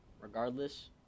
Regardless